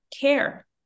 care